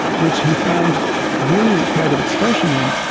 which he found brilliant creative expression in,